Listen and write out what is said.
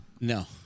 No